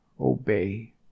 obey